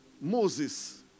Moses